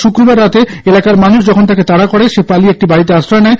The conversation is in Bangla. শুক্রবার রাতে এলাকার মানুষ যখন তাকে তাড়া করে সে পালিয়ে একটি বাড়িতে আশ্রয় নেয়